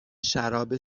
شراب